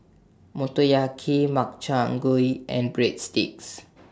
Motoyaki Makchang Gui and Breadsticks